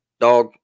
Dog